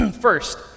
First